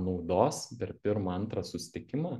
naudos per pirmą antrą susitikimą